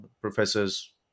professors